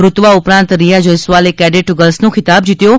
રૂત્વા ઉપરાંત રીયા જયસ્વાલે કેડેટ ગર્લ્સનો ખિતાબ જીત્યો હતો